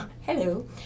Hello